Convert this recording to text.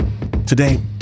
Today